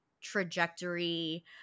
trajectory